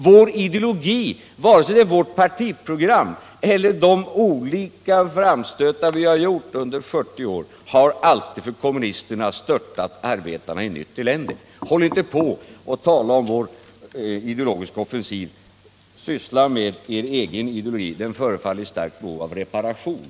Vår ideologi, vare sig det är vårt partiprogram eller de olika framstötar vi gjort under 40 år, har alltid enligt kommunisterna störtat arbetarna i nytt elände. Håll inte på och tala om vår ideologiska offensiv! Syssla med er egen ideologi — den förefaller vara i starkt behov av reparation!